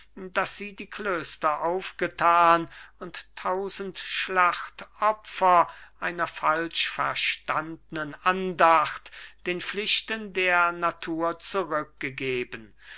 daß sie die klöster aufgetan und tausend schlachtopfer einer falschverstandnen andacht den pflichten der natur zurückgegeben